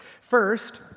First